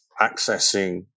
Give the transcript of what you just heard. accessing